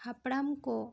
ᱦᱟᱯᱲᱟᱢ ᱠᱚ